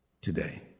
today